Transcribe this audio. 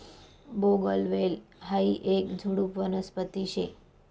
बोगनवेल हायी येक झुडुप वनस्पती शे